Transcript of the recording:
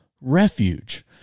refuge